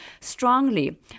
strongly